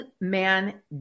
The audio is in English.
man